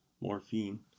morphine